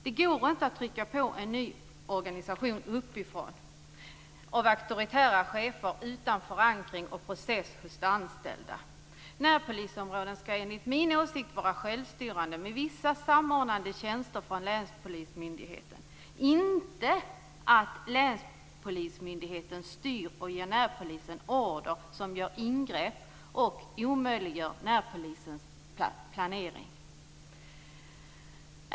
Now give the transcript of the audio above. Det går inte att auktoritära chefer trycker på en ny organisation uppifrån utan att det förankras hos de anställda och dessa får var med i processen. Närpolisområden skall enligt min åsikt vara självstyrande, med vissa samordnande tjänster från länspolismyndigheten. Länspolismyndigheten skall inte styra och ge närpolisen order som gör ingrepp i och omöjliggör närpolisens planering.